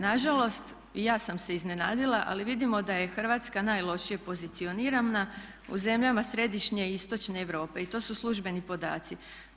Nažalost i ja sam se iznenadila ali vidimo da je Hrvatska najlošije pozicionirana u zemljama središnje i istočne Europe i to su službeni podaci.